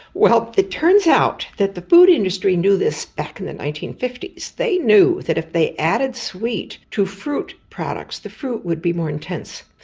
well, it turns out that the food industry knew this back in the nineteen fifty s, they knew that if they added sweet to fruit products, the fruit would be more intense.